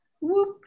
Whoop